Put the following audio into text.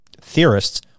theorists